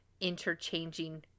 interchanging